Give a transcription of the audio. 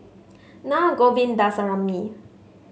Na Govindasamy